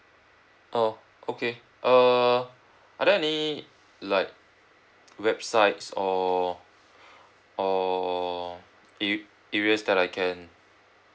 oh okay err are there any like websites or or E E ways that I can